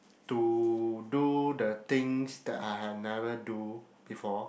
to do the things that I have never do before